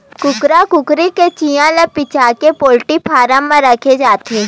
कुकरा कुकरी के चिंया ल बिसाके पोल्टी फारम म राखे जाथे